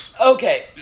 Okay